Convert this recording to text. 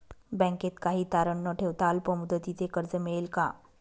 बँकेत काही तारण न ठेवता अल्प मुदतीचे कर्ज मिळेल का?